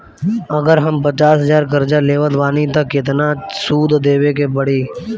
अगर हम पचास हज़ार कर्जा लेवत बानी त केतना सूद देवे के पड़ी?